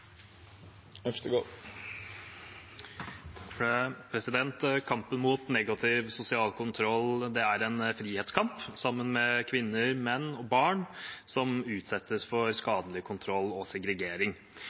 Kampen mot negativ sosial kontroll er en frihetskamp sammen med kvinner, menn og barn som utsettes for